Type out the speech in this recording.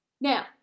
Now